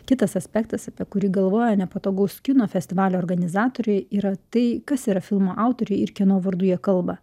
kitas aspektas apie kurį galvoja nepatogaus kino festivalio organizatoriai yra tai kas yra filmo autoriai ir kieno vardu jie kalba